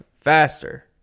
faster